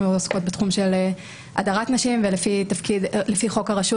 אנחנו עוסקות בתחום של הדרת נשים ולפי חוק הרשות